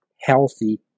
healthy